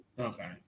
Okay